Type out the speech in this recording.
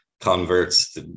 converts